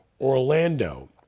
Orlando